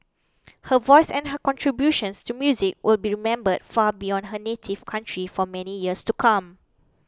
her voice and her contributions to music will be remembered far beyond her native county for many years to come